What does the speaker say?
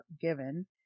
given